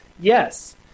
Yes